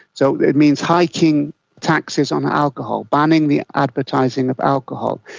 so it means hiking taxes on alcohol, banning the advertising of alcohol.